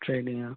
टे ॾींहं